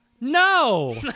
no